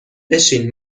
بشین